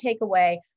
takeaway